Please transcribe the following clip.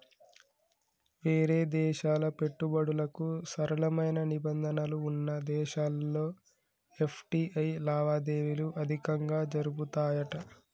వేరే దేశాల పెట్టుబడులకు సరళమైన నిబంధనలు వున్న దేశాల్లో ఎఫ్.టి.ఐ లావాదేవీలు అధికంగా జరుపుతాయట